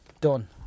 Done